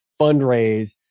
fundraise